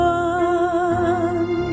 one